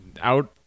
out